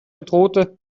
bedrohte